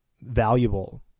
valuable